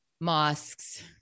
mosques